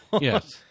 Yes